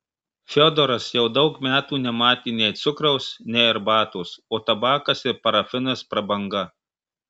fiodoras jau daug metų nematė nei cukraus nei arbatos o tabakas ir parafinas prabanga